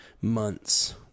months